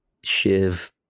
Shiv